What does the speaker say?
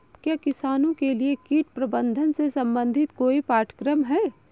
क्या किसानों के लिए कीट प्रबंधन से संबंधित कोई पाठ्यक्रम है?